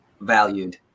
valued